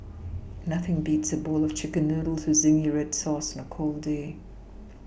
nothing beats a bowl of chicken noodles with zingy red sauce on a cold day